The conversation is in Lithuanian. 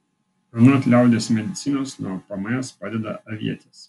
anot liaudies medicinos nuo pms padeda avietės